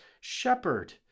shepherd